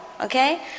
okay